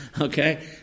Okay